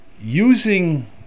using